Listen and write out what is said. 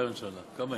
אדוני